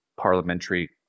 Parliamentary